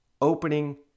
opening